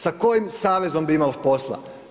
Sa kojim savezom bi imao posla.